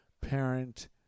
parent